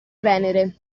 venere